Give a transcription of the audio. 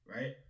right